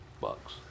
bucks